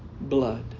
blood